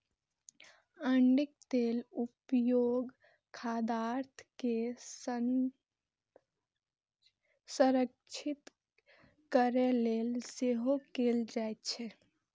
अरंडीक तेलक उपयोग खाद्यान्न के संरक्षित करै लेल सेहो कैल जाइ छै